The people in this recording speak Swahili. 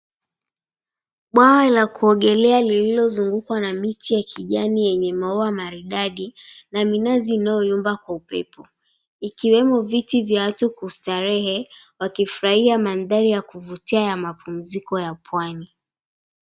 Bwawa la kuogelea lililozungukwa na miti ya kijani yenye maua maridadi na minazi inayoyumba kwa upepo. Ikiwemo viti vya watu kustarehe wakifurahia mandahri ya kuvutia ya mapumziko ya pwani.